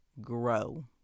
grow